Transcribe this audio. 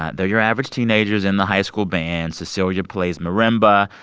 they're your average teenagers in the high-school band. cecilia plays marimba.